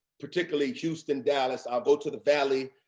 particularly houston, dallas, i go to the valley,